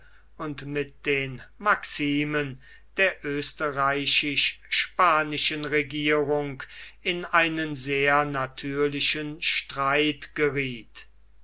und mit den maximen der österreichisch spanischen regierung in einen sehr natürlichen streit gerieth